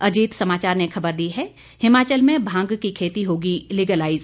अजीत समाचार ने खबर दी है हिमाचल में भांग की खेती होगी लीगेलाईज